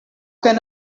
can